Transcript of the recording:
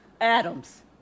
Adams